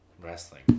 wrestling